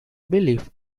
belief